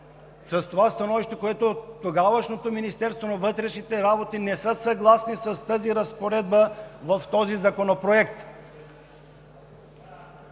Това становище, с което тогавашното Министерство на вътрешните работи не са съгласни с тази разпоредба в този законопроект.